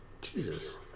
Jesus